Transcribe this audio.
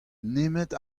nemet